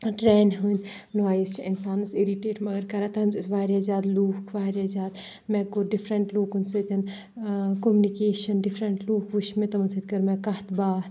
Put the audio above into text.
ٹرٛینہِ ہٕنٛدۍ نویِز چھِ اِنسانَس اِرِٹیٹ مگر کَران تَتھ مَنٛز ٲسۍ واریاہ زیادٕ لوٗکھ واریاہ زیادٕ مےٚ کوٚر ڈِفرَنٛٹ لوٗکَن سۭتۍ کوٚمنِکیشَن ڈِفرَنٛٹ لوٗکھ وٕچھ مےٚ تِمَن سۭتۍ کٔر مےٚ کَتھ باتھ